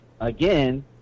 again